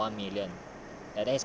for like one point one million